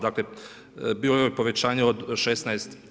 Dakle, bio je povećanje od 16%